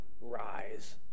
rise